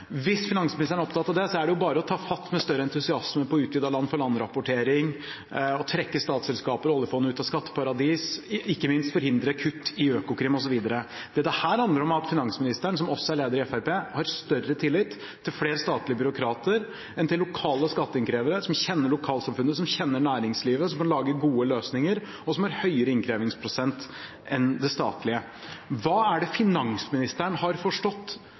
Hvis finansministeren er opptatt av det, er det jo bare å ta fatt med større entusiasme på utvidet land-for-land-rapportering, trekke statsselskaper og oljefondet ut av skatteparadis og ikke minst forhindre kutt i Økokrim, osv. Dette handler om at finansministeren, som også er leder i Fremskrittspartiet, har større tillit til flere statlige byråkrater enn til lokale skatteinnkrevere som kjenner lokalsamfunnet, som kjenner næringslivet, som kan lage gode løsninger, og som har høyere innkrevingsprosent enn det statlige. Hva er det finansministeren har forstått